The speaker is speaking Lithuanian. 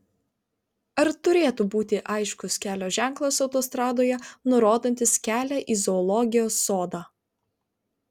ar turėtų būti aiškus kelio ženklas autostradoje nurodantis kelią į zoologijos sodą